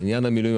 עניין המילואים,